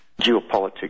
geopolitics